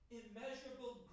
immeasurable